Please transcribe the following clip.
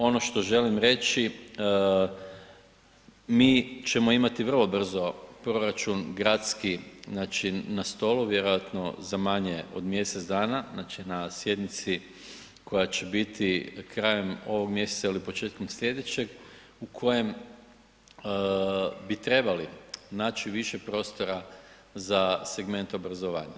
Ono što želim reći mi ćemo imati vrlo brzo proračun gradski, znači na stolu, vjerojatno za manje od mjesec dana, znači na sjednici koja će biti krajem ovog mjeseca ili početkom sljedećeg u kojem bi trebali naći više prostora za segment obrazovanja.